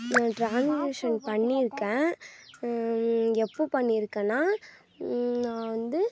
நான் ட்ரான்லேஷன் பண்ணியிருக்கேன் எப்போது பண்ணியிருக்கேனா நான் வந்து